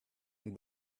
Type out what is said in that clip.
and